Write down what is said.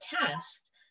test